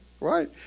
Right